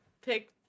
pick